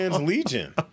Legion